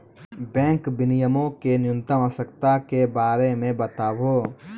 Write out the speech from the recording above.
bank विनियमो के न्यूनतम आवश्यकता के बारे मे बताबो